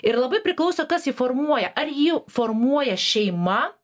ir labai priklauso kas jį formuoja ar jį formuoja šeima